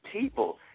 people